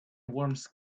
worms